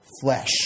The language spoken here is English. flesh